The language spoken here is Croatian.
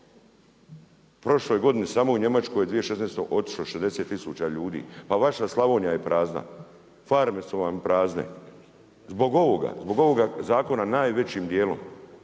Prošle je godine samo je u Njemačku 2016. otišlo 60 tisuća ljudi. Pa vaš Slavnija je prazna. Farme su vam prazne. Zbog ovoga zakona najvećim dijelom.